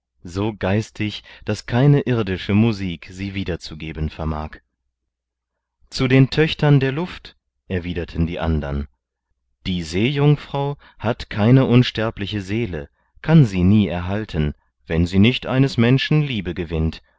so geistig daß keine irdische musik sie wiederzugeben vermag zu den töchtern der luft erwiderten die andern die seejungfrau hat keine unsterbliche seele kann sie nie erhalten wenn sie nicht eines menschen liebe gewinnt